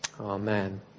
Amen